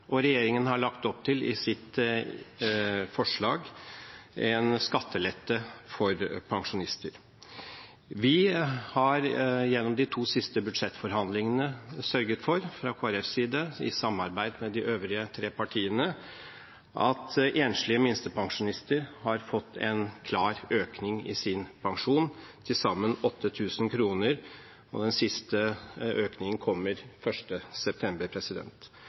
pensjoner. Regjeringen har lagt opp til i sitt forslag en skattelette for pensjonister. Vi fra Kristelig Folkepartis side har gjennom de to siste budsjettforhandlingene sørget for – i samarbeid med de øvrige tre partiene – at enslige minstepensjonister har fått en klar økning i sin pensjon, til sammen 8 000 kr. Den siste økningen kommer 1. september.